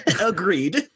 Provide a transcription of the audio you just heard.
Agreed